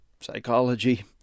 psychology